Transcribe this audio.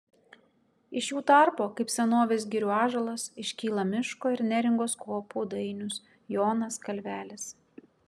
iš jų tarpo kaip senovės girių ąžuolas iškyla miško ir neringos kopų dainius jonas kalvelis